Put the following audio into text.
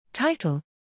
Title